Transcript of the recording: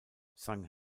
zhang